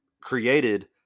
created